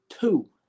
two